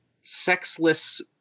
sexless